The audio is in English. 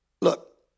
Look